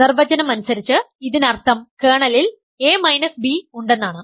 നിർവചനം അനുസരിച്ച് ഇതിനർത്ഥം കേർണലിൽ a b ഉണ്ടെന്നാണ്